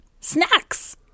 snacks